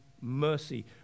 mercy